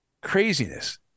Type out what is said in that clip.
craziness